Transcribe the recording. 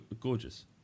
Gorgeous